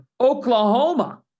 Oklahoma